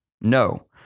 No